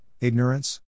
ignorance